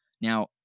Now